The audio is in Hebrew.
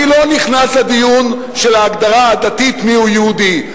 אני לא נכנס לדיון של ההגדרה הדתית מיהו יהודי.